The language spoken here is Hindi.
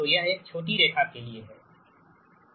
तो यह एक छोटी लाइन के लिए है